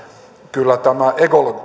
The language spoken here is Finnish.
kyllä tämä